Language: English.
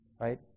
right